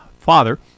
father